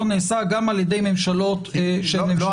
נעשה גם על ידי ממשלות שהן ממשלות ימין.